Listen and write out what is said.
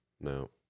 No